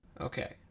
Okay